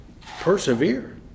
persevere